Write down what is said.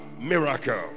miracle